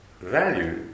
value